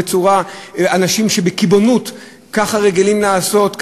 כשאנשים בקיבעון ככה רגילים לעשות,